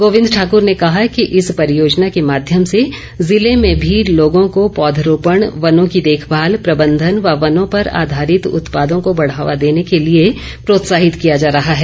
गोविंद ठाकर ने कहा कि इस परियोजना के माध्यम से जिले में भी लोगों को पौधरोपण वनों की देखभाल प्रबंधन व वनों पर आधारित उत्पादों को बढ़ावा देने के लिए प्रोत्साहित किया जा रहा है